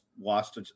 lost